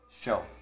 show